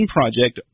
Project